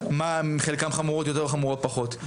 חלקן חמורות יותר או חמורות פחות.